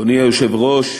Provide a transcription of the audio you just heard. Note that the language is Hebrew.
אדוני היושב-ראש,